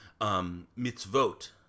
mitzvot